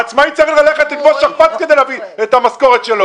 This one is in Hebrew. העצמאי צריך ללכת וללבוש שכפ"ץ כדי להביא את המשכורת שלו.